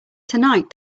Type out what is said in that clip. tonight